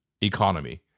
economy